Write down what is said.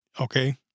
Okay